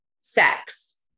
sex